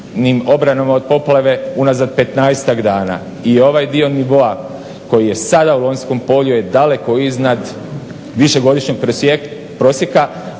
obranama od poplave unazad 15-tak dana i ovaj dio nivoa koji je sad u Lonjskom polju je daleko iznad višegodišnjeg prosjeka,